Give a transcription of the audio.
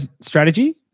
strategy